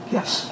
Yes